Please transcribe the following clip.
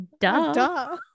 duh